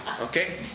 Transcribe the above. okay